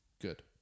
good